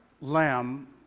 lamb